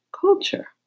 culture